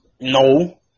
No